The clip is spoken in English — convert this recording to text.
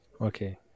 Okay